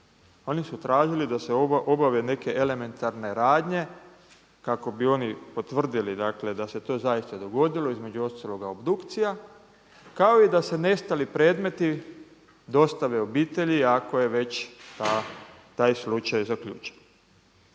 Oni su tražili da se obave nekakve elementarne radnje kako bi oni potvrdili da se to zaista dogodilo, između ostalog obdukcija kao i da se nestali predmeti dostave obitelji ako je već taj slučaj zaključen.